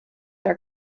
der